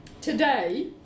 today